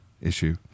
issue